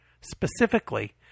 Specifically